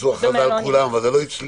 שהוכרזה על כולם, אבל זה לא הצליח.